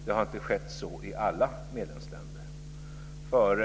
Det har inte skett så i alla medlemsländer.